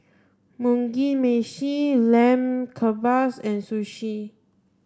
Mugi Meshi Lamb Kebabs and Sushi